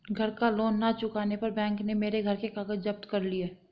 घर का लोन ना चुकाने पर बैंक ने मेरे घर के कागज जप्त कर लिए